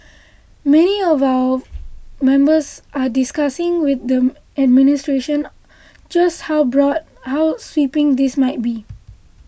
many of our members are discussing with the administration just how broad how sweeping this might be